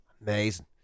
amazing